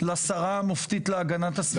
לשרה המופתית להגנת הסביבה.